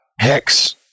hex